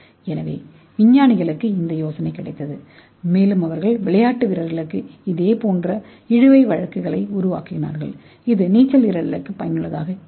எனவே விஞ்ஞானிகளுக்கு இந்த யோசனை கிடைத்தது மேலும் அவர்கள் விளையாட்டு வீரர்களுக்கு இதேபோன்ற இழுவை ஆடைகளை உருவாக்கினர் இது நீச்சல் வீரர்களுக்கு பயனுள்ளதாக இருக்கும்